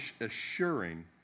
assuring